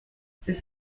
c’est